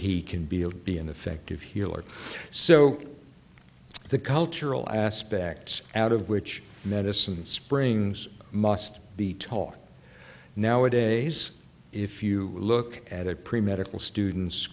he can build be an effective healer so the cultural aspects out of which medicine springs must be taught nowadays if you look at a pre medical students